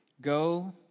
go